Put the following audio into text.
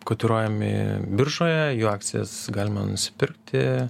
kotiruojami biržoje jų akcijas galima nusipirkti